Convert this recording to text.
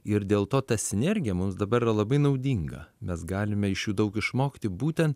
ir dėl to ta sinergija mums dabar yra labai naudinga mes galime iš jų daug išmokti būtent